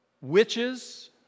witches